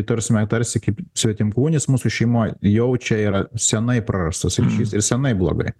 ta prasme tarsi kaip svetimkūnis mūsų šeimoj jau čia yra senai prarastas ryšys ir senai blogai